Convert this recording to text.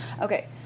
Okay